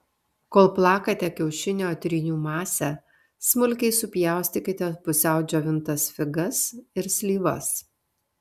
kol plakate kiaušinio trynių masę smulkiai supjaustykite pusiau džiovintas figas ir slyvas